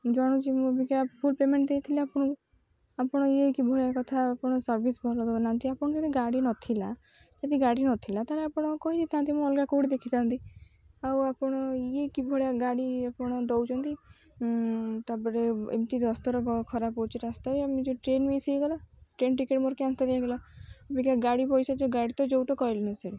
ଜାଣୁଛି ମୁଁ ଅବିକା ଫୁଲ୍ ପେମେଣ୍ଟ୍ ଦେଇଥିଲି ଆପଣଙ୍କୁ ଆପଣ ଇଏ କି ଭଳିଆ କଥା ଆପଣ ସର୍ଭିସ୍ ଭଲ ଦେଉନାହାନ୍ତି ଆପଣ ଯଦି ଗାଡ଼ି ନଥିଲା ଯଦି ଗାଡ଼ି ନଥିଲା ତା'ହେଲେ ଆପଣ କହିଦେଇଥାନ୍ତି ମୁଁ ଅଲଗା କୋଉଠି ଦେଖିଥାନ୍ତି ଆଉ ଆପଣ ଇଏ କି ଭଳିଆ ଗାଡ଼ି ଆପଣ ଦେଉଛନ୍ତି ତା'ପରେ ଏମିତି ଦଶଥର ଖରାପ୍ ହେଉଛି ରାସ୍ତାରେ ଆମେ ଯୋଉ ଟ୍ରେନ୍ ମିସ୍ ହେଇଗଲା ଟ୍ରେନ୍ ଟିକେଟ୍ ମୋର କ୍ୟାନ୍ସଲ୍ ହେଇଗଲା ଅବିକା ଗାଡ଼ି ପଇସା ଯୋଉ ଗାଡ଼ି ତ ଯୋଉ କହିଲେ ନ ସରେ